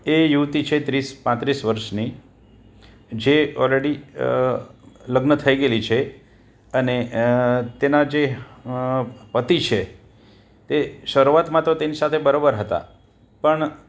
એ યુવતી છે તીસ પાંત્રીસ વર્ષની જે ઓલરેડી લગ્ન થઈ ગયેલી છે અને તેનો જે પતિ છે શરૂઆતમાં તો તેની સાથે બરોબર હતા પણ